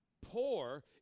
Poor